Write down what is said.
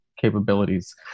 capabilities